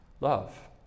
love